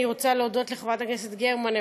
אני רוצה להודות לחברת הכנסת גרמן,